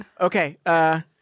okay